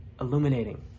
illuminating